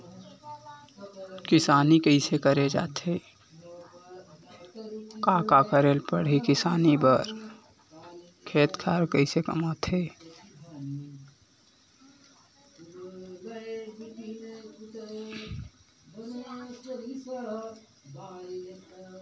जब ले PAN number link होइस बेंक खाता म सब्बो काम ऑनलाइन होय के चालू होइस ताहले दू नंबर के पइसा कमइया मन पकड़ाय बर धरिस